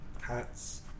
hats